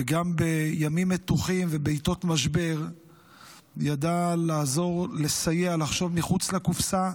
וגם בימים מתוחים ובעיתות משבר ידע לעזור ולסייע לחשוב מחוץ לקופסה,